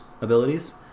abilities